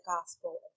gospel